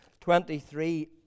23